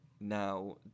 Now